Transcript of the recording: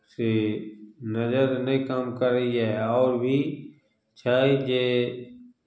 से नजरि नहि काम करैए आओर भी छै जे